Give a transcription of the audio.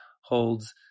holds